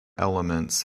elements